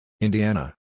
Indiana